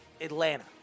Atlanta